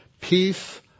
Peace